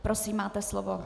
Prosím, máte slovo.